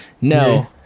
no